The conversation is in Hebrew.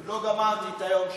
עוד לא גמרתי את היום שלי.